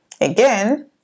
again